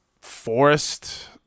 forest